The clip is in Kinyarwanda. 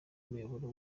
umuyoboro